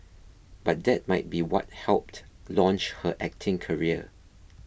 but that might be what helped launch her acting career